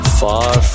far